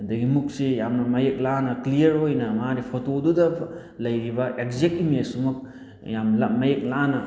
ꯑꯗꯒꯤ ꯃꯨꯛꯁꯦ ꯌꯥꯝꯅ ꯃꯌꯦꯛ ꯂꯥꯅ ꯀ꯭ꯂꯤꯌꯥꯔ ꯑꯣꯏꯅ ꯃꯥꯒꯤ ꯐꯣꯇꯣꯗꯨꯗ ꯂꯩꯔꯤꯕ ꯑꯦꯛꯖꯦꯛ ꯏꯝꯃꯦꯖꯇꯨꯃꯛ ꯌꯥꯝꯅ ꯃꯌꯦꯛ ꯂꯥꯅ